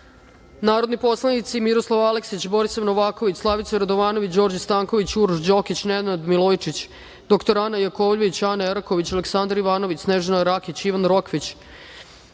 predlog. Narodni poslanici Miroslav Aleksić, Borisav Novaković, Slavica Radovanović, Đorđe Stanković, Uroš Đokić, Nenad Milojičić, dr Ana Jakovljević, Ana Eraković, Aleksandar Ivanović, Snežana Rakić, Ivana Rokvić,